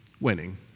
winning